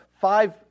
five